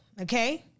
Okay